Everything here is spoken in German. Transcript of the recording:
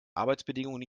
arbeitsbedingungen